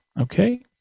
Okay